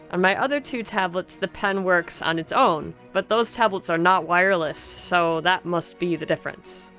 on my other two tablets the pen works on its own, but those tablets are not wireless so that must be the difference.